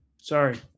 Sorry